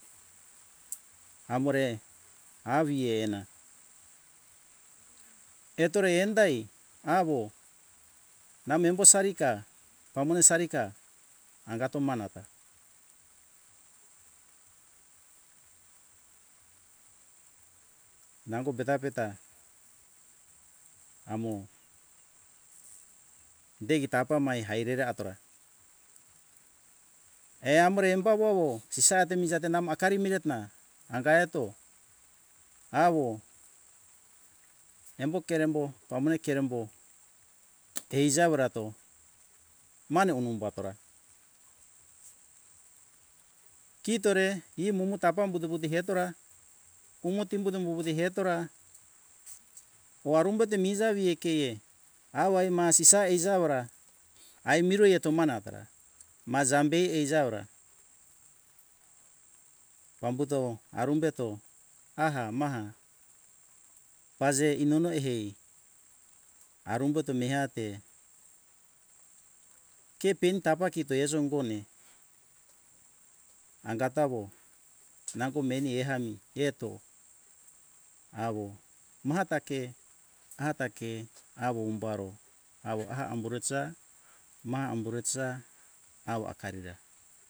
Amore avi ena etore endai awo na me embo sarika pamone sarika angato manata nango peta - peta amo deigi tapa mai hai rere atora eamore emba wowo sisa te misa te namo hakari mihetna anda eto awo embo kerembo pamone kerembo tei jawo rato mane omumba tora kitore imumu tapa am buto - buto hetora umo dibuto wiwizi hetora oa dimbuto miza we kie awa ima sisae ijawora ai miro eto mana mazam be eiza ora pambuto arumbeto aha maha paze inono ehei arumboto mehate ke peni tapa kito ezo ingone angatawo nango meni ehami eto awo mata ke ata ke awo umbaro au ah amburaja ma ambureja awo akarira